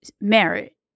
merit